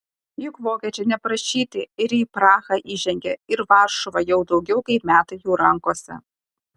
juk vokiečiai neprašyti ir į prahą įžengė ir varšuva jau daugiau kaip metai jų rankose